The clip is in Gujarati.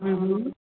હમ હમ